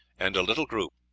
and a little group,